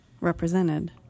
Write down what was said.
represented